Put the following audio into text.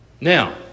Now